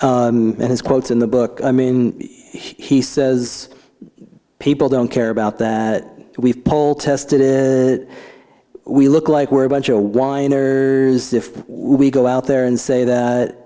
and his quotes in the book i mean he says people don't care about that we've poll tested in that we look like we're a bunch of whiners if we go out there and say that